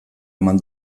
eman